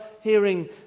hearing